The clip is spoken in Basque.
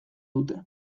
dute